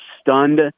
stunned